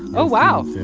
oh, wow.